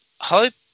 Hope